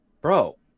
bro